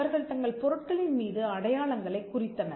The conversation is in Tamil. அவர்கள் தங்கள் பொருட்களின் மீது அடையாளங்களைக் குறித்தனர்